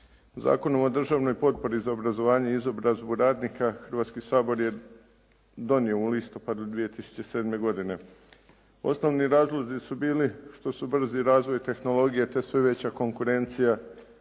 Zakonom o državnoj potpori za obrazovanje i izobrazbu radnika Hrvatski sabor je donio u listopadu 2007. godine. Osnovni razlozi su bili što su brzi razvoj tehnologije, te sve veća konkurencija